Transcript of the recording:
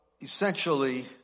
essentially